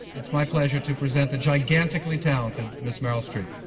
it's my pleasure to present the gigantically talented miss meryl streep.